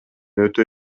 өтө